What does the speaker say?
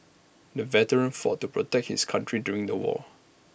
the veteran fought to protect his country during the war